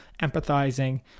empathizing